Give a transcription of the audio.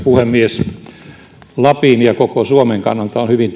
puhemies lapin ja koko suomen kannalta on hyvin